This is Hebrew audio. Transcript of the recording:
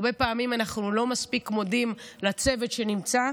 הרבה פעמים אנחנו לא מספיק מודים לצוות שנמצא,